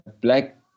black